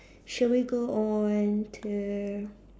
shall we go on to